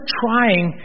trying